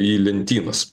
į lentynas